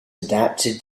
adapted